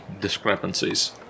discrepancies